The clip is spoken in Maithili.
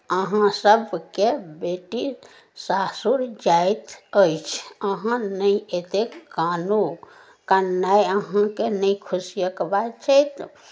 अहाँ सभके बेटी सासुर जाइत अछि अहाँ नहि एतेक कानू कननाइ अहाँके नहि खुशिअक बात छथि